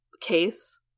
case